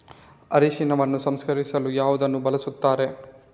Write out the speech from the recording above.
ಅರಿಶಿನವನ್ನು ಸಂಸ್ಕರಿಸಲು ಯಾವುದನ್ನು ಬಳಸುತ್ತಾರೆ?